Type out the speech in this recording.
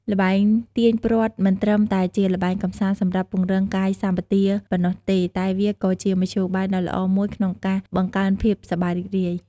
ល្បែងទាញព្រ័ត្រមិនត្រឹមតែជាល្បែងកម្សាន្តសម្រាប់ពង្រឹងកាយសម្បទាប៉ុណ្ណោះទេ តែវាក៏ជាមធ្យោបាយដ៏ល្អមួយក្នុងការបង្កើនភាពសប្បាយរីករាយ។